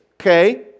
okay